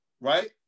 Right